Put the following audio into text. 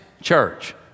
church